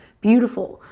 beautiful,